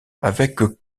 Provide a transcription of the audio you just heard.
avec